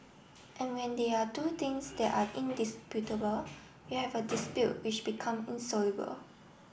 and when there are two things they are indisputable you have a dispute which become insoluble